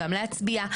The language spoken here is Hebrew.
גם להצביע.